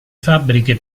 fabbriche